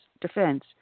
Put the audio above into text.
Defense